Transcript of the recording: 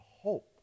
hope